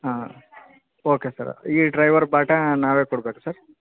ಹಾಂ okay sir ಈ driver ಬಾಟಾ ನಾವೇ ಕೊಡ್ಬೇಕ ಸರ್